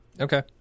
Okay